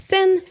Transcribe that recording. Sen